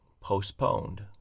postponed